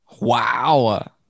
Wow